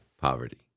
poverty